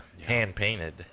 Hand-painted